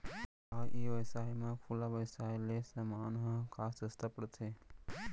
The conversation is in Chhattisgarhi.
का ई व्यवसाय म खुला व्यवसाय ले समान ह का सस्ता पढ़थे?